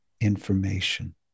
information